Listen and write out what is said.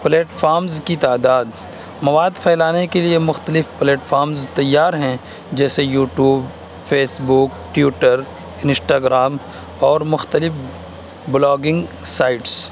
plate forms کی تعداد مواد پھیلانے کے لیے مختلف پلیٹ فارمس تیار ہیں جیسے YouTube Facebook Twitter Instagram اور مختلف بلاگنگ سائسٹ